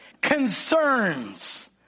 Concerns